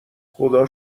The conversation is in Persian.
خدا